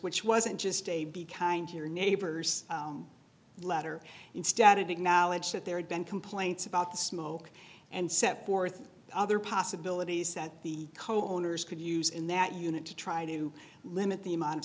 which wasn't just a be kind to your neighbors letter instead it acknowledged that there had been complaints about the smoke and set forth other possibilities that the co owners could use in that unit to try to limit the amount of